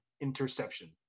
interception